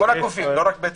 כל הגופים, לא רק בית